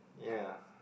ya